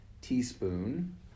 teaspoon